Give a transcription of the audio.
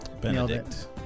Benedict